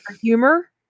humor